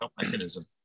mechanism